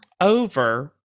over